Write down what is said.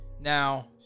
Now